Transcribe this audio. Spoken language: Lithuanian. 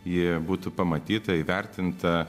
ji būtų pamatyta įvertinta